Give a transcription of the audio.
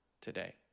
today